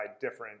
different